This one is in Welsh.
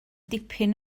dipyn